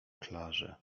klarze